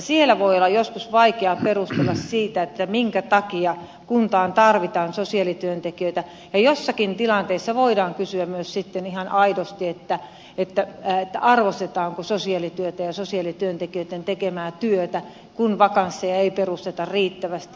siellä voi olla joskus vaikeaa perustella sitä minkä takia kuntaan tarvitaan sosiaalityöntekijöitä ja joissakin tilanteessa voidaan kysyä myös ihan aidosti arvostetaanko sosiaalityötä ja sosiaalityöntekijöitten tekemää työtä kun vakansseja ei perusteta riittävästi